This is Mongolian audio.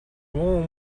бөөн